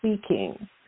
seeking